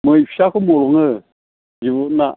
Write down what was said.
मै फिसाफोर मोनो